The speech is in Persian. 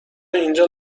اینجا